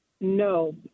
No